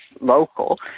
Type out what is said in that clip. local